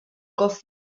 golf